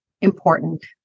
important